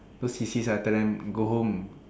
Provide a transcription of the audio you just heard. don't sissy lah tell them go home